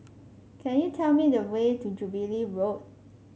could you tell me the way to Jubilee Road